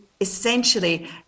essentially